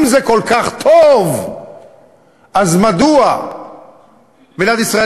אם זה כל כך טוב אז מדוע מדינת ישראל